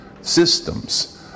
systems